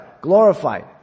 glorified